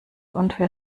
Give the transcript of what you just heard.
unfair